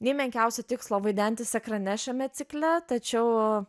nei menkiausio tikslo vaidentis ekrane šiame cikle tačiau